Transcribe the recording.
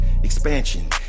Expansion